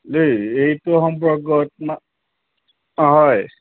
এই এইটো সম্পৰ্কত হয়